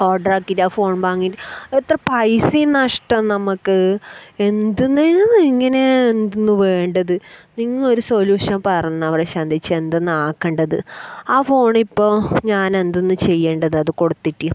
order ആക്കിയിട്ട് ആ phone വാങ്ങിയിട്ട് എത്ര പൈസയും നഷ്ടം നമുക്ക് എന്താണ് ഇതെന്ന് ഇങ്ങനെ എന്തുന്ന് വേണ്ടത് നിങ്ങൾ ഒരു സൊല്യൂഷൻ പറഞ്ഞുതാ പ്രശാന്ത ചേച്ചി എന്താണ് ആക്കേണ്ടത് ആ ഫോൺ ഇപ്പോൾ ഞാൻ എന്താണ് ചെയ്യേണ്ടത് അത് കൊടുത്തിട്ട്